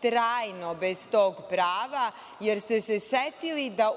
trajno bez tog prava, jer ste se setili da